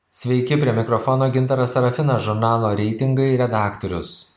sveiki prie mikrofono gintaras serafinas žurnalo reitingai redaktorius